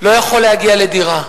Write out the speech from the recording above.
לא יכול להגיע לדירה.